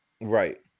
Right